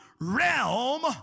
realm